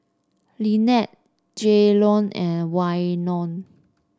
Lynnette Jaylon and Waino